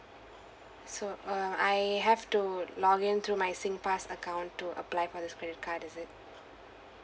so uh I have to login to my Singpass account to apply for this credit card is it